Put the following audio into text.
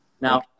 now